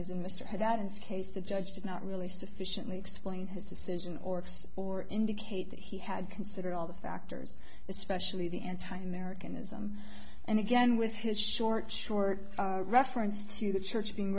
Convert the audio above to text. this case the judge did not really sufficiently explained his decision or or indicate that he had considered all the factors especially the anti americanism and again with his short short reference to the church being